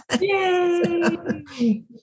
Yay